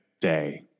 Day